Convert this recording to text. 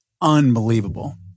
unbelievable